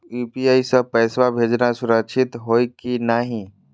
UPI स पैसवा भेजना सुरक्षित हो की नाहीं?